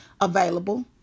available